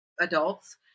adults